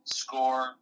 score